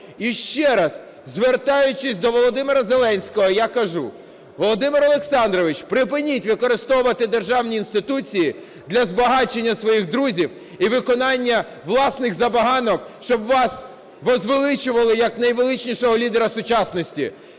І ще раз, звертаючись до Володимира Зеленського, я кажу: Володимире Олександровичу, припиніть використовувати державні інституції для збагачення своїх друзів і виконання власних забаганок, щоб вас возвеличували як найвеличнішого лідера сучасності.